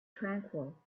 tranquil